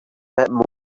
bit